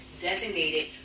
designated